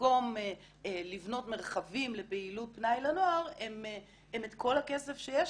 שבמקום לבנות מרחבים לפעילות פנאי לנוער הם את כל הכסף שיש